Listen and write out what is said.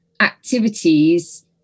activities